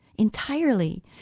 entirely